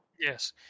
Yes